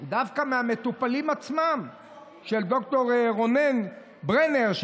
דווקא מהמטופלים של רונן ברנר עצמם,